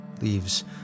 leaves